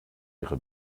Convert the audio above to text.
ihre